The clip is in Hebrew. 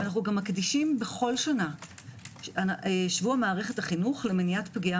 אנחנו גם מקדישים בכל שנה שבוע מערכת החינוך למניעת פגיעה